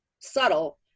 subtle